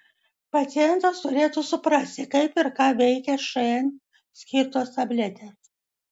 pacientas turėtų suprasti kaip ir ką veikia šn skirtos tabletės